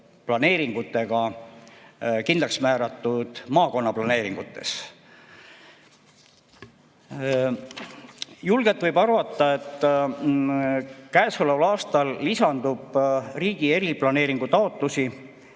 planeeringutega kindlaks määratud juba maakonnaplaneeringutes. Julgelt võib arvata, et käesoleval aastal lisandub riigi eriplaneeringu taotlusi,